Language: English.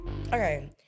Okay